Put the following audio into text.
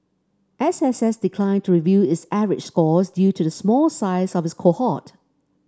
S S S declined to reveal its average scores due to the small size of its cohort